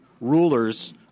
rulers